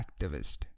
activist